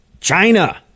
China